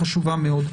חשובה מאוד.